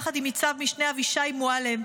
יחד עם ניצב-משנה אבישי מועלם,